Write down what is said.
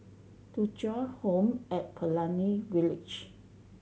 Thuja Home at Pelangi Village